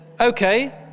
okay